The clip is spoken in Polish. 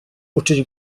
uczyć